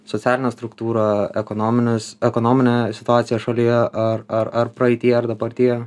socialinę struktūrą ekonomines ekonominę situaciją šalyje ar ar ar praeityje ar dabartyje